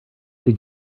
did